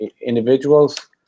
individuals